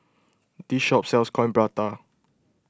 this shop sells Coin Prata